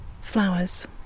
flowers